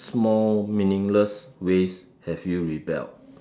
small meaningless ways have you rebelled